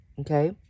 Okay